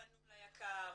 פנו ליק"ר,